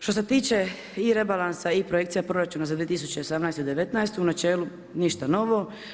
Što se tiče i rebalanasa i projekcija proračuna za 2018. i 2019., u načelu ništa novo.